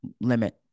limit